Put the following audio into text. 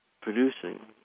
producing